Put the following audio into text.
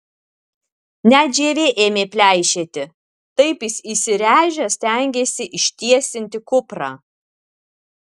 net žievė ėmė pleišėti taip jis įsiręžęs stengėsi ištiesinti kuprą